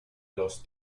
los